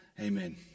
Amen